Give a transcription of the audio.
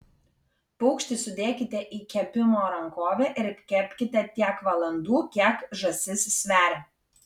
paukštį sudėkite į kepimo rankovę ir kepkite tiek valandų kiek žąsis sveria